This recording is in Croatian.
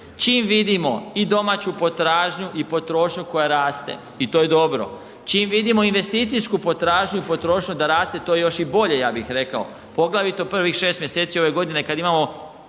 Čim vidimo i domaću potražnju i potrošnju koja raste i to je dobro, čim vidimo investicijsku potražnju i potrošnju da raste to je još i bolje ja bih rekao, poglavito prvih 6 mjeseci ove godine kad imamo